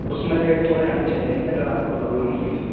اس میں ریٹ تھوڑے ہائی چلے گی ذرا آپ کو پرابلم ہو گی